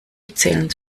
zählen